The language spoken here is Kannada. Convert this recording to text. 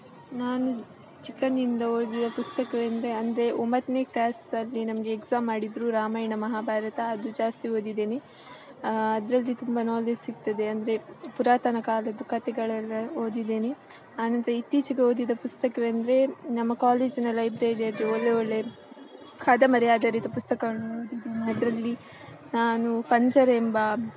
ನಾನು ಚಿಕ್ಕಂದಿನಿಂದ ಓದಿದ ಪುಸ್ತಕವೆಂದರೆ ಅಂದ್ರೆ ಒಂಬತ್ತನೇ ಕ್ಲಾಸಲ್ಲಿ ನಮಗೆ ಎಕ್ಸಾಮ್ ಮಾಡಿದ್ದರು ರಾಮಾಯಣ ಮಹಾಭಾರತ ಅದು ಜಾಸ್ತಿ ಓದಿದ್ದೇನೆ ಅದರಲ್ಲಿ ತುಂಬ ನಾಲೆಜ್ ಸಿಗ್ತದೆ ಅಂದರೆ ಪುರಾತನ ಕಾಲದ್ದು ಕಥೆಗಳೆಲ್ಲ ಓದಿದ್ದೇನೆ ಆನಂತರ ಇತ್ತೀಚೆಗೆ ಓದಿದ ಪುಸ್ತಕವೆಂದರೆ ನಮ್ಮ ಕಾಲೇಜಿನ ಲೈಬ್ರೆರಿಯಲ್ಲಿ ಒಲ್ಲೆ ಒಳ್ಳೆ ಕಾದಂಬರಿ ಆಧಾರಿತ ಪುಸ್ತಕವನ್ನು ಓದಿದ್ದೇನೆ ಅದರಲ್ಲಿ ನಾನು ಪಂಜರ ಎಂಬ